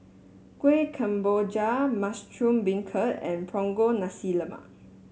Kuih Kemboja Mushroom Beancurd and Punggol Nasi Lemak